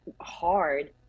hard